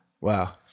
Wow